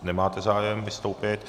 Nemáte zájem vystoupit.